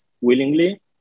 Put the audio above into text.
willingly